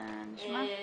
שנשמע?